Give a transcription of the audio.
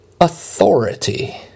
authority